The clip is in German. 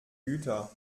güter